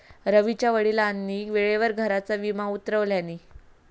रवीच्या वडिलांनी वेळेवर घराचा विमो उतरवल्यानी